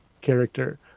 character